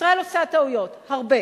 ישראל עושה טעויות, הרבה,